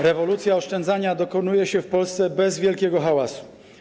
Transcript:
Rewolucja oszczędzania dokonuje się w Polsce bez wielkiego hałasu.